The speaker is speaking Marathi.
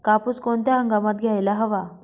कापूस कोणत्या हंगामात घ्यायला हवा?